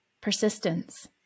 Persistence